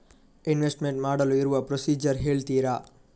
Investment ಮಾಡಲು ಇರುವ procedure ಹೇಳ್ತೀರಾ?